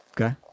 Okay